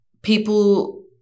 People